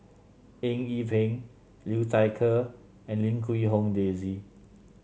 Eng Yee Peng Liu Thai Ker and Lim Quee Hong Daisy